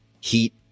heat